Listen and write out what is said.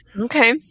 okay